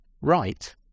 right